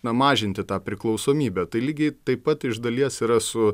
na mažinti tą priklausomybę tai lygiai taip pat iš dalies yra su